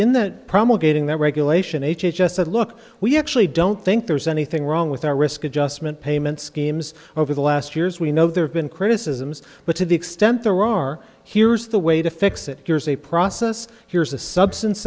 in that promulgating that regulation h h s said look we actually don't think there's anything wrong with our risk adjustment payment schemes over the last years we know there have been criticisms but to the extent there are here's the way to fix it here's a process here's a substance